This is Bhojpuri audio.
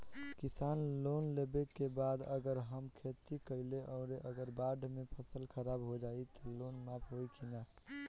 किसान लोन लेबे के बाद अगर हम खेती कैलि अउर अगर बाढ़ मे फसल खराब हो जाई त लोन माफ होई कि न?